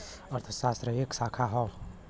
अर्थशास्त्र क एक शाखा हौ